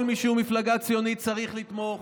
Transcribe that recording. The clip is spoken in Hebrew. כל מי שבמפלגה ציונית צריך לתמוך,